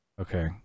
Okay